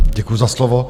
Děkuji za slovo.